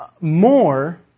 more